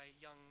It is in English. young